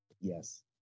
Yes